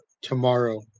tomorrow